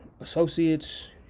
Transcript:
associates